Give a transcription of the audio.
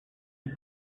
you